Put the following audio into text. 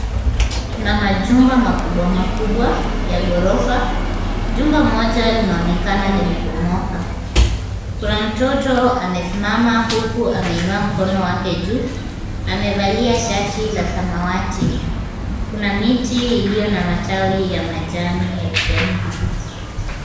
Kuna majumba makubwa makubwa ya ghorofa. Jumba moja linaonekana limebomoka. Kuna mtoto amesimama huku ameinua mkono wake juu, amevalia shati la samawati. Kuna miti iliyo na matawi ya majani ya kijani kibichi.